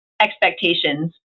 expectations